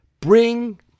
Bring